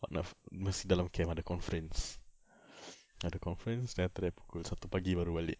on a fri~ masih dalam camp ada conference ada conference then after that pukul satu pagi baru balik